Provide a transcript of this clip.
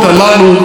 הם שרים.